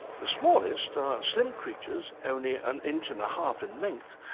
the smallest are slim creatures, only an inch and half in length,